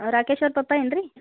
ರಾಕೇಶ್ ಅವ್ರ ಪಪ್ಪ ಏನು ರಿ